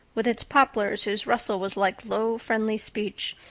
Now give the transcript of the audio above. with its poplars whose rustle was like low, friendly speech,